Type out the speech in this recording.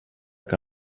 que